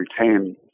retain